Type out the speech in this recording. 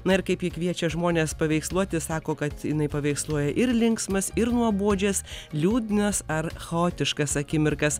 na ir kaip ji kviečia žmones paveiksluotis sako kad jinai paveiksluoja ir linksmas ir nuobodžias liūdnas ar chaotiškas akimirkas